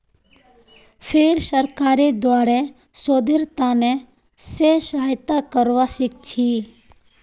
फेर सरकारेर द्वारे शोधेर त न से सहायता करवा सीखछी